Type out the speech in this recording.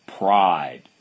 Pride